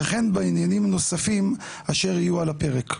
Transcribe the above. וכן בעניינים נוספים אשר יהיו על הפרק.